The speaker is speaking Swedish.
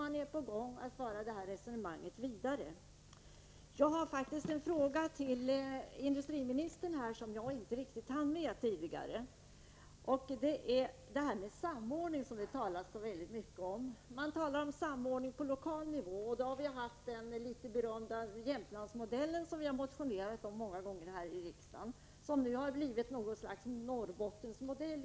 Man håller också på att föra detta resonemang vidare. Jag vill till industriministern ställa en fråga som jag inte riktigt hann med tidigare. Det gäller samordning, som det talas så mycket om. Man talar om samordning på lokal nivå, och vi har många gånger här i riksdagen motionerat om den berömda Jämtlandsmodellen, som nu har blivit något slags Norrbottensmodell.